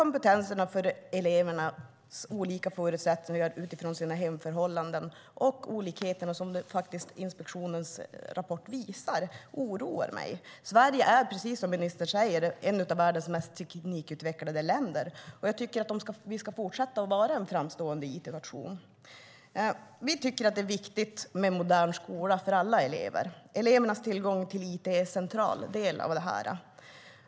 Men elevernas olika förutsättningar utifrån hemförhållanden och annat när det gäller denna kompetens som inspektionens rapport visar oroar mig. Sverige är, precis som ministern säger, ett av världens mest teknikutvecklade länder. Jag tycker att vi ska fortsätta att vara en framstående it-nation. Vi tycker att det är viktigt med en modern skola för alla elever. Elevernas tillgång till it är en central del av detta.